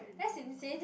that's insane